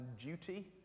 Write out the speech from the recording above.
duty